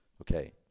Okay